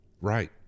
Right